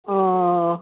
অঁ